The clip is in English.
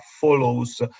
follows